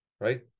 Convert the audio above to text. right